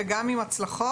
וגם עם הצלחות.